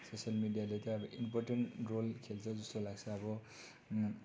सोसियस मिडियाले त अब इम्पोर्टेन्ट रोल खेल्छ जस्तो लाग्छ अब